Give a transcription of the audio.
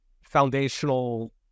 foundational